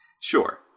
Sure